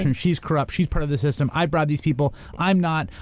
and she's corrupt, she's part of the system. i bribe these people. i'm not.